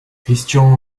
christian